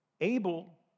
Abel